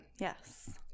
Yes